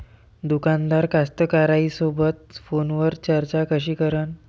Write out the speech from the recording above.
दुकानदार कास्तकाराइसोबत फोनवर चर्चा कशी करन?